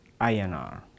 INR